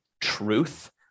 truth